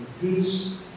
peace